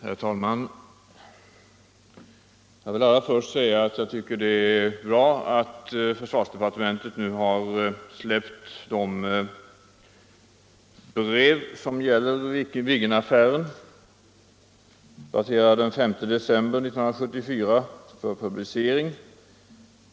Herr talman! Jag vill allra först säga att det är bra att försvarsdepartementet nu för publicering har släppt de brev som gäller Viggenaffären, daterade den 5 december 1974.